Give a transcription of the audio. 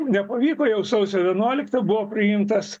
nepavyko jau sausio vienuoliktą buvo priimtas